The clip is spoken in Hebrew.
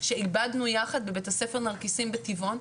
שעיבדנו יחד בבית הספר נרקיסים בטבעון.